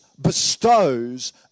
bestows